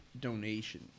donation